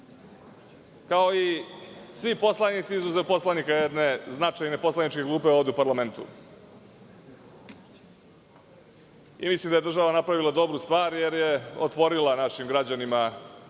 kao i svi poslanici, izuzev poslanika jedne značajne poslaničke grupe ovde u parlamentu. Mislim da je država napravila dobru stvar jer je otvorila našim građanima